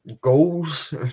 goals